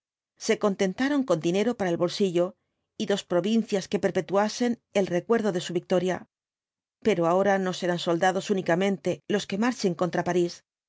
se contentaron con dinero para el bolsillo y dos provincias que perpetuasen el recuerdo de su victoria pero ahora no serán soldados únicamente los que marchen contra parís